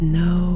no